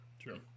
True